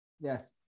Yes